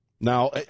Now